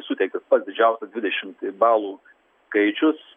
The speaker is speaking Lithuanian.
suteiktas pats didžiausias dvidešimt balų skaičius